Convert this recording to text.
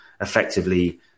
effectively